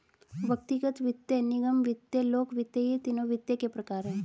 व्यक्तिगत वित्त, निगम वित्त, लोक वित्त ये तीनों वित्त के प्रकार हैं